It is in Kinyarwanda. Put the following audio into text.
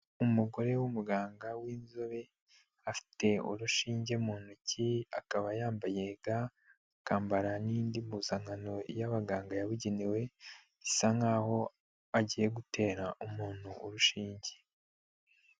Umugore w'umuganga w'inzobe, afite urushinge mu ntoki akaba yambaye ga, akambara n'indi mpuzankano y'abaganga yabugenewe, bisa nkaho agiye gutera umuntu urushinge.